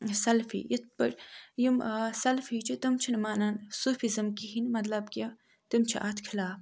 سَلفی یِتھ پٲٹھۍ یِم ٲں سلفی چھِ تِم چھِنہٕ مانان سوٗفِزٕم کِہیٖنۍ مَطلَب ک تٕم چھِ اتھ خِلاف